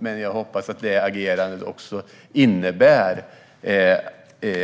Men jag hoppas att det agerandet också innebär